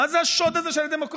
מה זה השוד הזה של הדמוקרטיה?